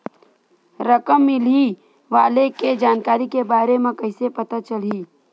रकम मिलही वाले के जानकारी के बारे मा कइसे पता चलही?